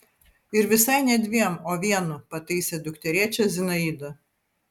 ir visai ne dviem o vienu pataisė dukterėčią zinaida